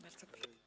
Bardzo proszę.